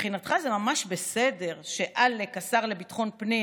מבחינתך זה ממש בסדר שעלק-השר לביטחון פנים,